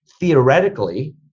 theoretically